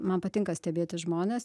man patinka stebėti žmones